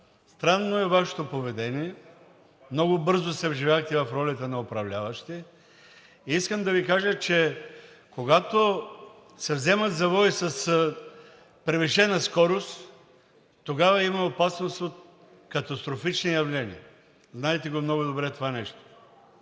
странно е Вашето поведение. Много бързо се вживявате в ролята на управляващи. Искам да Ви кажа, че когато се вземат завои с превишена скорост, тогава има опасност от катастрофични явления, знаете го много добре това нещо.